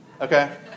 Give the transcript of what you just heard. Okay